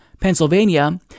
Pennsylvania